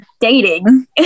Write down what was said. dating